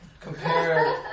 compare